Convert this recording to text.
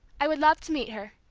i would love to meet her,